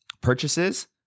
purchases